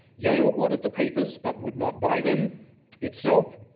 yale wanted the papers but would not buy them itself.